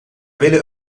willen